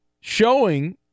showing